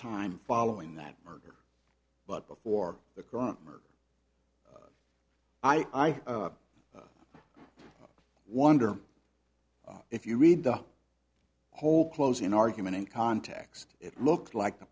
time following that murder but before the grammar i wonder if you read the whole closing argument in context it looks like the